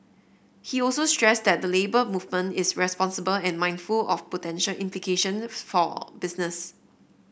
he also stressed that the Labour Movement is responsible and mindful of potential implication for business